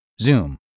Zoom